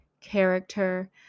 character